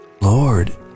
Lord